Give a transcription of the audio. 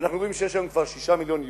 ואנחנו רואים שיש היום כבר 6 מיליוני יהודים,